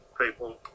people